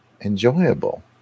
enjoyable